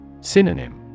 Synonym